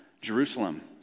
Jerusalem